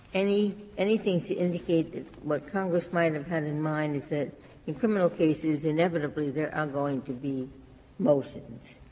any, anything to indicate that what congress might have had in mind is that in criminal cases inevitably there are going to be motions,